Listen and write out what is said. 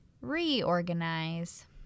reorganize